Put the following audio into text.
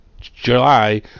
July